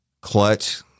clutch